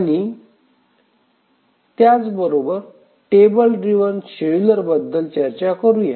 आणि table driven scheduler बद्दल चर्चा करूया